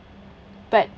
but